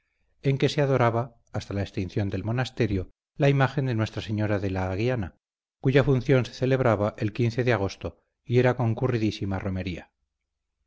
en que se adoraba hasta la extinción del monasterio la imagen de nuestra señora de la aguiana cuya función se celebraba el de agosto y era concurridísima romería